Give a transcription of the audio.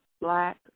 black